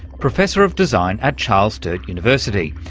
professor of design at charles sturt university.